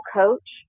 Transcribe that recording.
coach